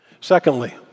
Secondly